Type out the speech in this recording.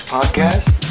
Podcast